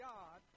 God